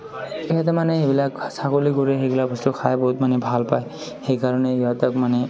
কেতিয়াবা মানে সেইবিলাক ছাগলী গৰুৱে সেইবিলাক বস্তু মানে খাই বহুত ভাল পায় সেইকাৰণে ইহঁতক মানে